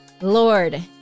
lord